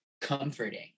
comforting